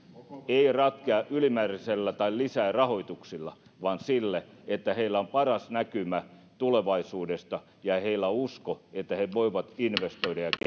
ei ratkea ylimääräisellä tai lisärahoituksella vaan sillä että heillä on paras näkymä tulevaisuudesta ja usko että he voivat investoida ja